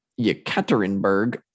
Yekaterinburg